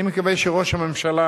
אני מקווה שראש הממשלה